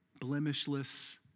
blemishless